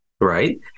Right